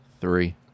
Three